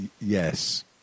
yes